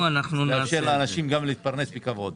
מה שיאפשר לאנשים להתפרנס בכבוד.